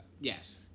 Yes